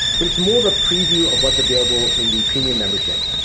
but it's more a preview of what's available in the premium membership.